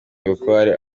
bukware